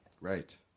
right